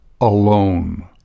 alone